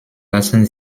lassen